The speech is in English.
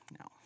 No